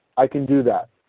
i can do that.